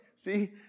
See